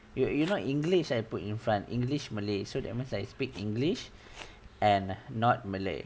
you you're not english I put in front english malay so that means I speak english and not malay